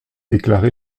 déclaré